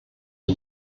der